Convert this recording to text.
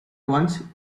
once